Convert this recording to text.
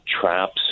traps